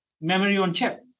memory-on-chip